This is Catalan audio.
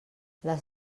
les